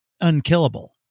unkillable